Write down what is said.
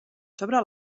sobre